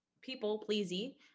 people-pleasy